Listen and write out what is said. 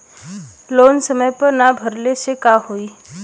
Loan समय से ना भरले पर का होयी?